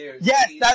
yes